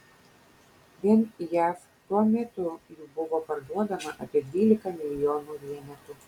vien jav tuo metu jų buvo parduodama apie dvylika milijonų vienetų